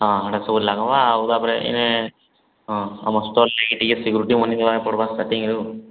ହଁ ହଁ ସେଟା ସବୁ ଲାଗିବ ଆଉ ତାପରେ ଏଁ ହଁ ଆମ ଷ୍ଟଲ୍ ନେଇକିରି ଟିକେ ସିକ୍ୟୁରିଟି ବନେଇବାକେ ପଡ଼ିବ ସ୍ଟାର୍ଟିଂରୁ